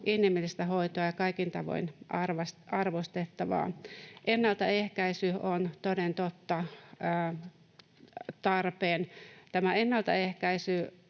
inhimillistä hoitoa ja kaikin tavoin arvostettavaa. Ennaltaehkäisy on, toden totta, tarpeen. Tämä ennaltaehkäisy